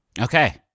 Okay